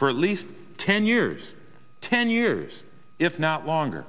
for at least ten years ten years if not longer